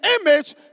image